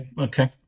okay